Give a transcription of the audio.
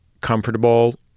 comfortable